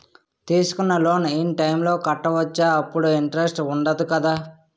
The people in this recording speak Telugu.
తీసుకున్న లోన్ ఇన్ టైం లో కట్టవచ్చ? అప్పుడు ఇంటరెస్ట్ వుందదు కదా?